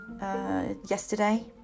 yesterday